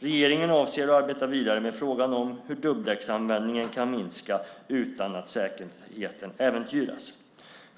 Regeringen avser att arbeta vidare med frågan om hur dubbdäcksanvändningen kan minska utan att säkerheten äventyras.